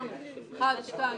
לא התקבלה.